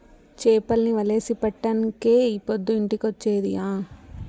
చేపల్ని వలేసి పట్టినంకే ఈ పొద్దు ఇంటికొచ్చేది ఆ